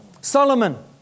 Solomon